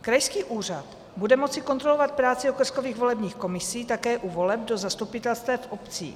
Krajský úřad bude moci kontrolovat práci okrskových volebních komisí také u voleb do zastupitelstev obcí.